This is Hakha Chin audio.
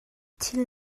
thil